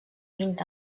vint